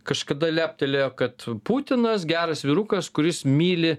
kažkada leptelėjo kad putinas geras vyrukas kuris myli